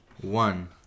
one